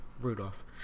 Rudolph